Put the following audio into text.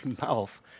mouth